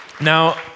Now